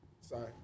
sorry